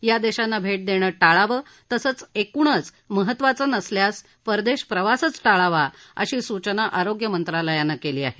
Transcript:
या देशांना भेट देणं टाळावं तसंच एकंदरीतच महत्त्वाचं नसल्याचं परदेश प्रवासच टाळावा अशी सूचना आरोग्य मंत्रालयानं केली आहे